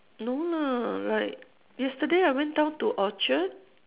no lah like yesterday I went down to orchard